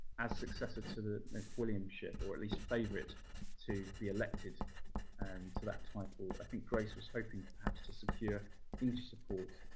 as successor to the macwilliamship or, at least, favourite to be elected and to that title i think grace was hoping, perhaps, to secure english support.